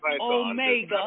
Omega